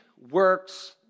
works